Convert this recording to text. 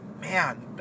Man